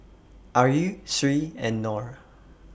Ayu Sri and Nor